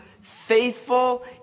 Faithful